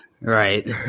Right